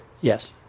Yes